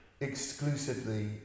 exclusively